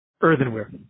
earthenware